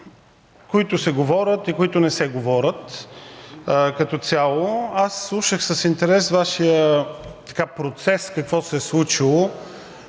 които се говорят и които не се говорят като цяло. Аз слушах с интерес Вашия процес какво се е случило